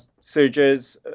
surges